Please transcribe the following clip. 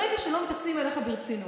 ברגע שלא מתייחסים אליך ברצינות,